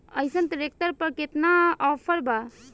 अइसन ट्रैक्टर पर केतना ऑफर बा?